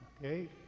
Okay